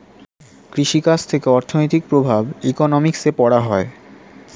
কৃষি কাজ থেকে অর্থনৈতিক প্রভাব ইকোনমিক্সে পড়া হয়